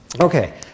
Okay